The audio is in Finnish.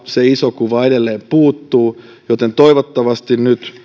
se iso kuva edelleen puuttuu joten toivottavasti nyt